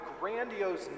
grandiose